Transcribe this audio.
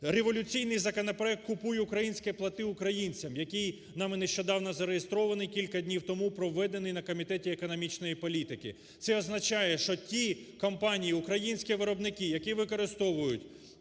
Революційний законопроект "Купуй українське, плати українцям", який нами нещодавно зареєстрований, кілька днів тому проведений на Комітеті економічної політики. Це означає, що ті компанії і українські виробники, які використовують